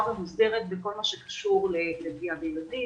ומוסדרת בכל מה שקשור לפגיעה בילדים.